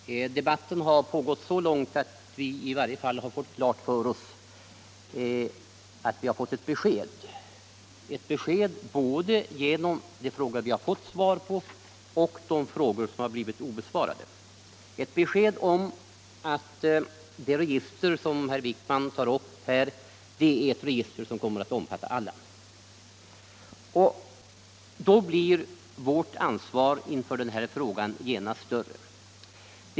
Herr talman! Debatten har nu kommit så långt att vi i varje fall har fått ett besked — både genom de frågor som besvarats och genom de frågor som har blivit obesvarade — om att det register som herr Wijkman här talar om kommer att omfatta alla. Då blir vårt ansvar inför den här frågan genast större.